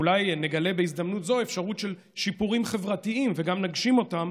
אולי נגלה בהזדמנות זו אפשרות של שיפורים חברתיים וגם נגשים אותם,